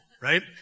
right